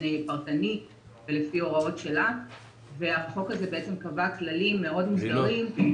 פרטני ולפי הוראות שלה והחוק הזה קבע כללים מאוד מוסדרים,